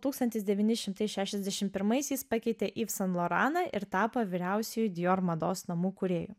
tūkstantis devyni šimtai šešiasdešim pirmaisiaisiais pakeitė į san loraną ir tapo vyriausiuoju dior mados namų kūrėju